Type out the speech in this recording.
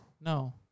No